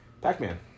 Pac-Man